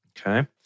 Okay